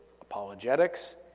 apologetics